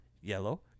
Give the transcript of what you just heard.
yellow